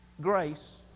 grace